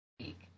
speak